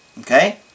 okay